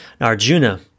Arjuna